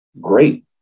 Great